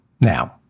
Now